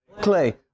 clay